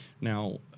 Now